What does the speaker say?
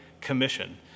commission